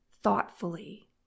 thoughtfully